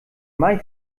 may